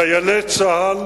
חיילי צה"ל